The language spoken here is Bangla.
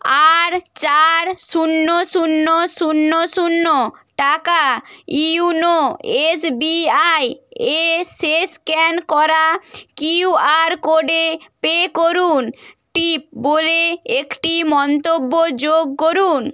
আর চার শূন্য শূন্য শূন্য শূন্য টাকা ইউনো এস বি আই এ শেষ স্ক্যান করা কিউ আর কোডে পে করুন টিপ বলে একটি মন্তব্য যোগ করুন